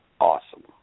awesome